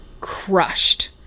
crushed